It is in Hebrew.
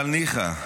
אבל ניחא,